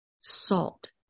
salt